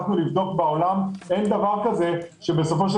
הלכנו לבדוק בעולם אין דבר כזה שבסופו של